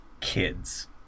kids